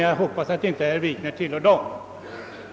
Jag hoppas dock att herr Wikner inte hör till den kategorin av jägare.